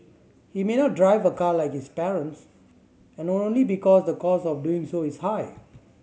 he may not drive a car like his parents and not only because the cost of doing so is high